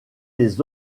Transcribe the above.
des